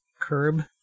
curb